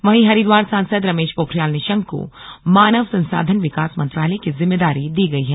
वहीं हरिद्वार सांसद रमेश पोखरियाल निशंक को मानव संसाधन विकास मंत्रालय की जिम्मेदारी दी गई है